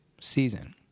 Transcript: season